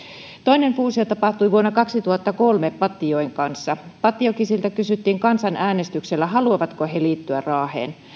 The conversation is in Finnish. toinen fuusio tapahtui vuonna kaksituhattakolme pattijoen kanssa pattijokisilta kysyttiin kansanäänestyksellä haluavatko he liittyä raaheen